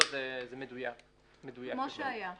כמו שהיה.